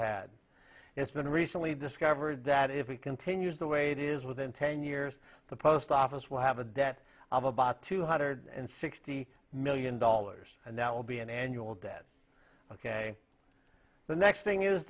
had it's been recently discovered that if it continues the way it is within ten years the post office will have a debt of about two hundred and sixty million dollars and that will be an annual debt ok the next thing is